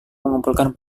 mengumpulkan